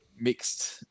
mixed